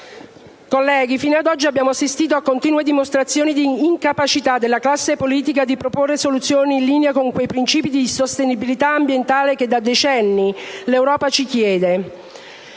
Colleghi, fino ad oggi abbiamo assistito a continue dimostrazioni di incapacità della classe politica di proporre soluzioni in linea con quei principi di sostenibilità ambientale che da decenni l'Europa ci chiede.